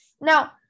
Now